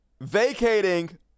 Vacating